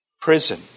prison